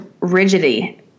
rigidity